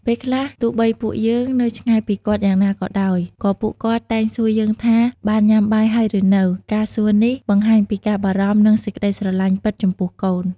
ពេលខ្លះ ទោះបីពួកយើងនៅឆ្ងាយពីគាត់យ៉ាងណាក៏ដោយ ក៏ពួកគាត់តែងសួរយើងថា "បានញុាំបាយហើយឬនៅ?" ការសួរនេះ បង្ហាញពីការបារម្ភនិងសេចក្ដីស្រឡាញ់ពិតចំពោះកូន។